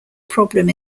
problem